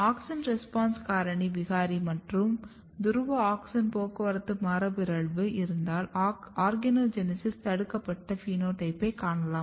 auxin response காரணி விகாரி மற்றும் துருவ ஆக்சின் போக்குவரத்து மரபுபிறழ்வு இருந்தால் ஆர்கனோஜெனீசிஸ் தடுக்கப்பட்ட பினோடைப்பைக் காணலாம்